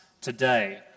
today